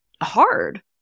hard